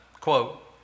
quote